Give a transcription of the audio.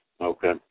Okay